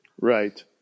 Right